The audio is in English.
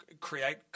create